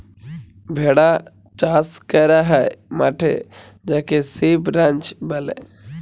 ভেড়া চাস ক্যরা হ্যয় মাঠে যাকে সিপ রাঞ্চ ব্যলে